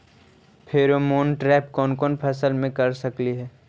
Pheromone trap कोन कोन फसल मे कर सकली हे?